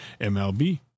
MLB